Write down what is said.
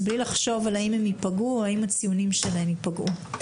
בלי לחשוב האם הם ייפגעו או האם הציונים שלהם ייפגעו.